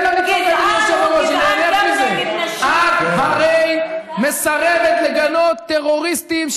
את הרי מסרבת לגנות טרוריסטים,